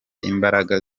imbaraga